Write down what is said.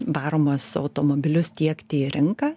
varomus automobilius tiekti į rinką